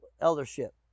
eldership